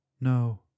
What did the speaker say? No